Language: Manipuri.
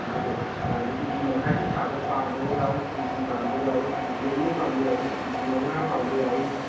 ꯀꯦ ꯖꯤ ꯃꯈꯥꯏꯁꯦ ꯁꯥꯕ ꯄꯥꯝꯕ ꯌꯥꯎꯔꯤ ꯀꯦ ꯖꯤ ꯄꯥꯝꯕ ꯌꯥꯎꯏ ꯀꯦ ꯖꯤ ꯑꯅꯤ ꯄꯥꯝꯕ ꯌꯥꯎꯏ ꯀꯦ ꯖꯤ ꯃꯉꯥ ꯄꯥꯝꯕ ꯌꯥꯎꯏ